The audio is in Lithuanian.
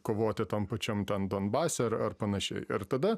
kovoti tam pačiam donbase ar ar panašiai ir tada